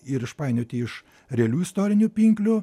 ir išpainioti iš realių istorinių pinklių